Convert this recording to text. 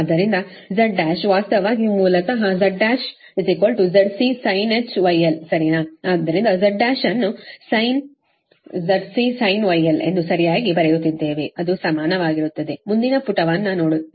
ಆದ್ದರಿಂದZ1 ವಾಸ್ತವಿಕವಾಗಿ ಮೂಲತಃ ಇದು Z1 ZCsinh γl ಸರಿನಾ ಆದ್ದರಿಂದ Z1 ಅನ್ನು sin ZCsinh γl ಎಂದು ಸರಿಯಾಗಿ ಬರೆಯುತ್ತಿದ್ದೇವೆ ಅದು ಸಮನಾಗಿರುತ್ತದೆ ಮುಂದಿನ ಪುಟವನ್ನು ನೀಡುತ್ತೇನೆ